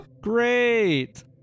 great